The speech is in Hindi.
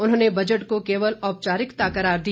उन्होंने बजट को केवल औपचारिकता करार दिया